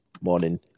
morning